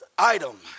item